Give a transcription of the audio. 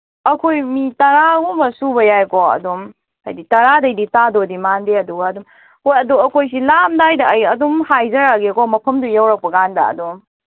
ꯑꯩꯈꯣꯏ ꯃꯤ ꯇꯔꯥꯒꯨꯝꯕ ꯁꯨꯕ ꯌꯥꯏꯀꯣ ꯑꯗꯨꯝ ꯍꯥꯏꯗꯤ ꯇꯔꯥꯗꯩꯗꯤ ꯇꯥꯗꯧꯗꯤ ꯃꯥꯟꯗꯦ ꯑꯗꯨꯒ ꯑꯗꯨꯝ ꯍꯣꯏ ꯑꯗꯨ ꯑꯩꯈꯣꯏꯒꯤ ꯂꯥꯛꯑꯝꯗꯥꯏꯗ ꯑꯩ ꯑꯗꯨꯝ ꯍꯥꯏꯖꯔꯛꯑꯒꯦꯀꯣ ꯃꯐꯝꯗꯨ ꯌꯧꯔꯛꯄꯀꯥꯟꯗ ꯑꯗꯨꯝ